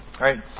right